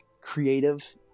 creative